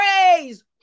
praise